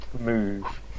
move